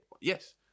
Yes